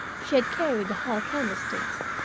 she had carried the hall candlesticks,